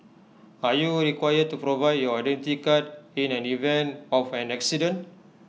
are you required to provide your Identity Card in an event of an accident